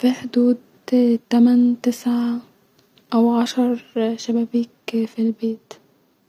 في حدود تامن-تسع -او عشر شبابيك في البيت